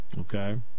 Okay